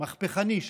מהפכני,